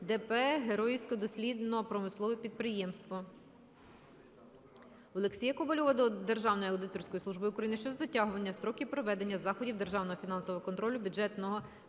ДП "Геройське дослідно-промислове підприємство". Олексія Ковальова до Державної аудиторської служби України щодо затягування строків проведення заходів державного фінансового контролю бюджету Бехтерської